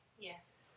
Yes